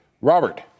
Robert